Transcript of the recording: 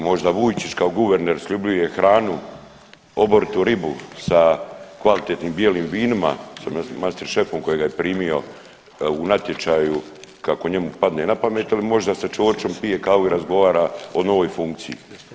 Možda Vujčić kao guverner sljubljuje hranu, oboritu ribu sa kvalitetnim bijelim vinima sa master šefom koji ga je primio u natječaju kako njemu padne na pamet il možda sa Ćorićem pije kavu i razgovara o novoj funkciji.